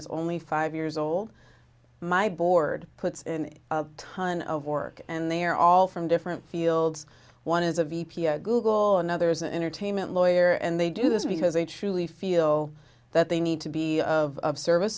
is only five years old my board puts in a ton of work and they are all from different fields one is a v p a google and others an entertainment lawyer and they do this because they truly feel that they need to be of service